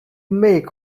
make